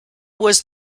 was